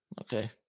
Okay